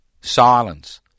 silence